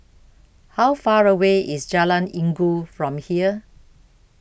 How Far away IS Jalan Inggu from here